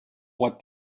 what